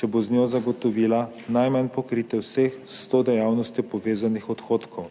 če bo z njo zagotovila najmanj pokritje vseh s to dejavnostjo povezanih odhodkov.